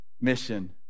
mission